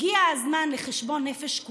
הגיע הזמן לחשבון נפש,